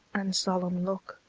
and solemn look,